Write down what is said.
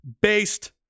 based